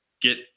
get